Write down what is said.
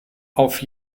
auf